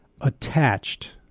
attached